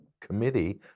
committee